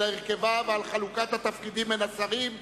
על הרכבה ועל חלוקת התפקידים בין השרים אושרה.